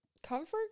Comfort